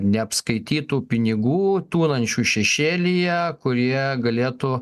neapskaitytų pinigų tūnančių šešėlyje kurie galėtų